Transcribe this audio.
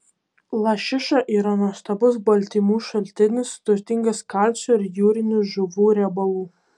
lašiša yra nuostabus baltymų šaltinis turtingas kalcio ir jūrinių žuvų riebalų